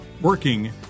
working